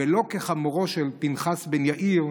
ולא כחמורו של פנחס בן יאיר,